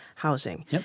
Housing